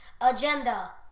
Agenda